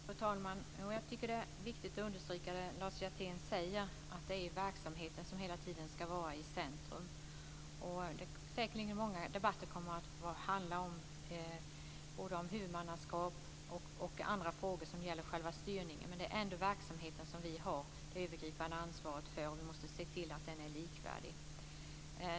Fru talman! Jag tycker att det är viktigt att understryka det som Lars Hjertén säger, att det är verksamheten som hela tiden ska vara i centrum. Många debatter kommer säkerligen att handla om både huvudmannaskap och andra frågor som gäller själva styrningen. Men det är ändå verksamheten som vi har det övergripande ansvaret för, och vi måste se till att den är likvärdig.